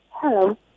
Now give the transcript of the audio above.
Hello